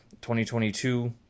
2022